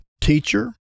teacher